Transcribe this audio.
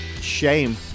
Shame